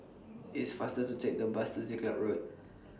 IT IS faster to Take The Bus to Siglap Road